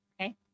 okay